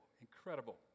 incredible